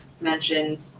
mention